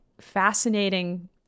fascinating